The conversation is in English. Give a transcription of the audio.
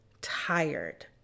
tired